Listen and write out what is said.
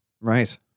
Right